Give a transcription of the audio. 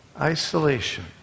Isolation